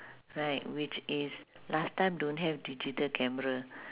right which is last time don't have digital camera